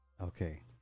okay